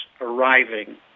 arriving